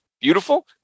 beautiful